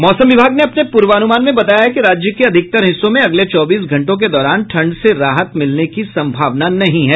मौसम विभाग ने अपने पूर्वानुमान में बताया है कि राज्य के अधिकतर हिस्सों में अगले चौबीस घंटों के दौरान ठंड से राहत मिलने की सम्भावना नहीं है